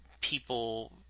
people